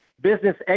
Business